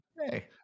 hey